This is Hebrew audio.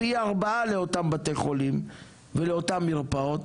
פי ארבעה לאותם בתי חולים ולאותם מרפאות,